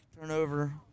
turnover